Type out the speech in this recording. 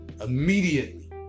Immediately